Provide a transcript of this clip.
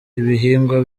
ibihingwa